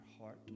heart